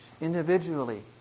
individually